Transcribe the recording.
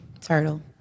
Turtle